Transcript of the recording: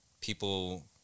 people